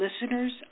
listeners